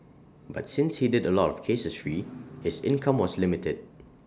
but since he did A lot of cases free his income was limited